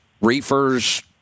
reefers